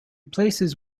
places